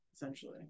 Essentially